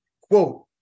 quote